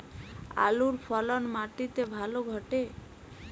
আলুর ফলন মাটি তে ভালো ঘটে?